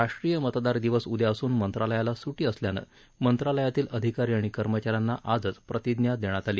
राष्ट्रीय मतदार दिवस उद्या असून मंत्रालयाला सुट्टी असल्यानं मंत्रालयातील अधिकारी आणि कर्मचारी यांना आजचं प्रतिज्ञा देण्यात आली